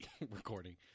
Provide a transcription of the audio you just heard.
recording